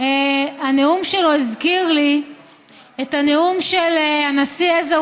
הנאום שלו הזכיר לי את הנאום של הנשיא עזר